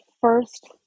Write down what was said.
first